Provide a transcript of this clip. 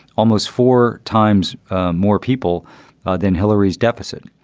almost four times more people than hillary's deficit.